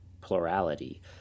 plurality